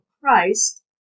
Christ